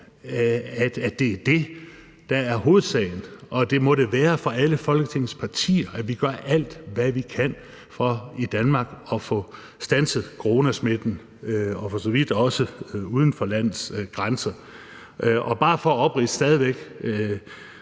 at det er det, der er hovedsagen, og at det må det være for alle Folketingets partier, nemlig at vi gør alt, hvad vi kan, for at få standset coronasmitten i Danmark og for så vidt også uden for landets grænser. Bare for igen at